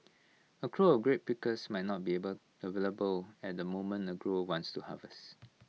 A crew of grape pickers might not be able available at the moment A grower wants to harvest